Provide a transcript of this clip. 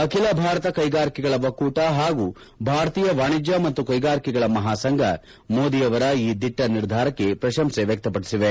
ಅಖಿಲ ಭಾರತ ಕೈಗಾರಿಕೆಗಳ ಒಕ್ಕೂಟ ಹಾಗೂ ಭಾರತೀಯ ವಾಣಿಜ್ಯ ಮತ್ತು ಕೈಗಾರಿಕೆಗಳ ಮಹಾಸಂಘ ಮೋದಿಯವರ ಈ ದಿಟ್ಟ ನಿರ್ಧಾರಕ್ಕೆ ಪ್ರಶಂಸೆ ವ್ಯಕ್ತಪಡಿಸಿವೆ